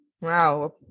Wow